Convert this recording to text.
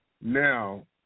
Now